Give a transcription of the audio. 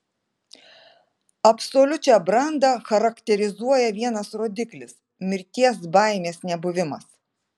absoliučią brandą charakterizuoja vienas rodiklis mirties baimės nebuvimas